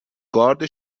گارد